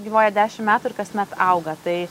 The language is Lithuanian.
gyvuoja dešim metų ir kasmet auga tai